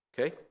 Okay